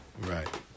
Right